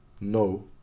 no